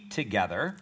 together